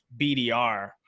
BDR